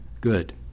good